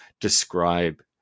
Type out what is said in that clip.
describe